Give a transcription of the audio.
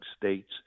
states